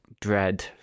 dread